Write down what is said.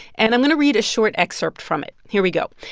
and i'm going to read a short excerpt from it. here we go.